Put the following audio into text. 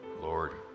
Lord